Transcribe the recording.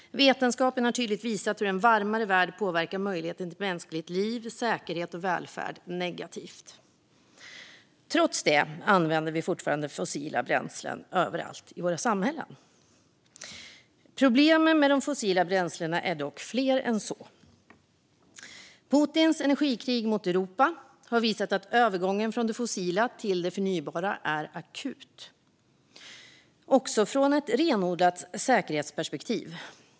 Vetenskapen har tydligt visat hur en varmare värld påverkar möjligheten till mänskligt liv, säkerhet och välfärd negativt. Trots det använder vi fortfarande fossila bränslen överallt i våra samhällen. Problemen med fossila bränslen är dock fler. Putins energikrig mot Europa har visat att behovet av övergång från det fossila till det förnybara är akut också utifrån ett renodlat säkerhetsperspektiv.